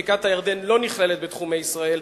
בקעת-הירדן לא נכללת בתחומי ישראל.